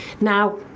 Now